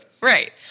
Right